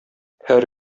һәр